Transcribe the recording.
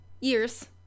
years